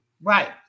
Right